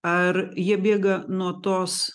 ar jie bėga nuo tos